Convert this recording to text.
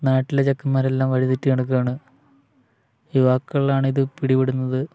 നാട്ടിലെ ചെക്കന്മാരെല്ലാം വഴിതെറ്റി നടക്കുകയാണ് യുവാക്കളിലാണിത് പിടിപെടുന്നത്